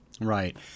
right